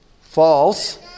false